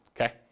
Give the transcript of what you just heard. okay